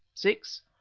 six.